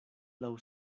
laŭ